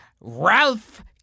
Ralph